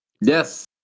yes